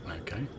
Okay